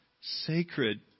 sacred